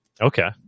Okay